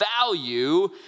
value